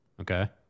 Okay